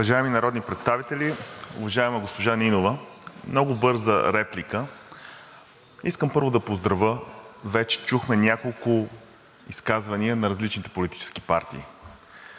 Уважаеми народни представители! Уважаема госпожо Нинова, много бърза реплика. Искам, първо, да поздравя – вече чухме няколко изказвания на различните политически партии.